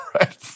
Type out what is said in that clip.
right